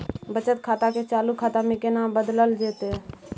बचत खाता के चालू खाता में केना बदलल जेतै?